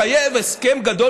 מחייב הסכם גדול,